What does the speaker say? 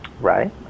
right